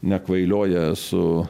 nekvailioja su